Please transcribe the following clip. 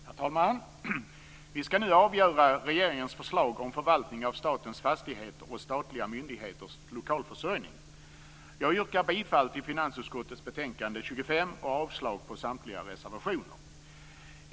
Herr talman! Vi skall nu avgöra regeringens förslag om förvaltning av statens fastigheter och statliga myndigheters lokalförsörjning. Jag yrkar bifall till hemställan i finansutskottets betänkande 25 och avslag på samtliga reservationer.